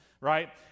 right